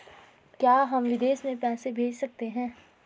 क्या हम विदेश में पैसे भेज सकते हैं?